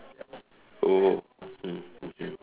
oh mmhmm